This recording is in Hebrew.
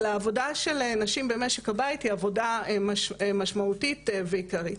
אלא העבודה של נשים במשק הבית היא עבודה משמעותית ועיקרית.